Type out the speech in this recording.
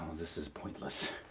this is pointless.